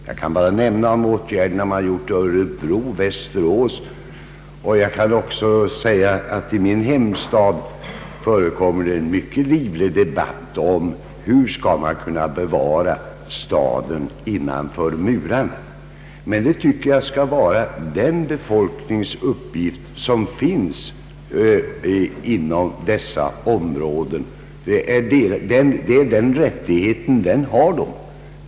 Jag kan nämna de åtgärder som vidtagits i Örebro och Västerås, och jag kan även nämna att i min hemstad pågår en mycket livlig debatt om hur man skall kunna bevara staden innanför murarna. Jag tycker emellertid att detta skall vara en uppgift för den befolkning som finns i respektive område.